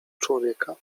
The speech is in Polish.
człowieka